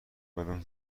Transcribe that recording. کدوم